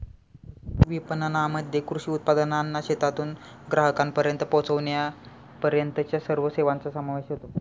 कृषी विपणनामध्ये कृषी उत्पादनांना शेतातून ग्राहकांपर्यंत पोचविण्यापर्यंतच्या सर्व सेवांचा समावेश होतो